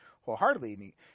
wholeheartedly